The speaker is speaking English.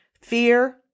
Fear